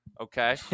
Okay